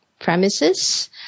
premises